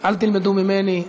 אל תלמדו ממני,